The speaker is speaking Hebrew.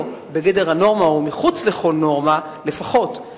בגדר הנורמה והוא מחוץ לכל נורמה לפחות,